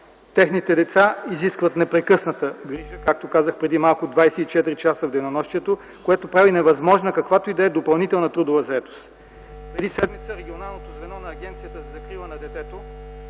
Техните деца изискват непрекъсната грижа, както казах преди малко – 24 часа в денонощието, което прави невъзможна каквато и да било допълнителна трудова заетост. Преди седмица регионалното звено на Агенцията за закрила на детето